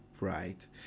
right